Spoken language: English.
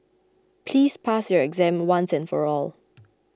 please pass your exam once and for all